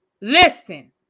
Listen